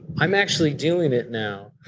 i'm actually doing it now.